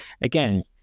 again